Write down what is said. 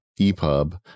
EPUB